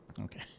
Okay